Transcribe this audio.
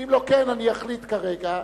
שאם לא כן אני אחליט כרגע.